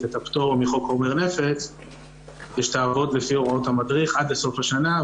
את הפטור מחוק חומרי נפץ ושתעבוד לפי הוראות המדריך עד לסוף השנה.